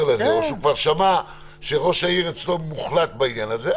לזה או שהוא כבר שמע שראש העיר אצלו מוחלט בעניין הזה,